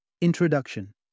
Introduction